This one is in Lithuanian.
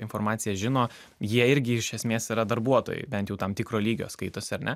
informaciją žino jie irgi iš esmės yra darbuotojai bent jau tam tikro lygio skaitosi ar ne